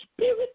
spirit